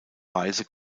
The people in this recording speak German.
weise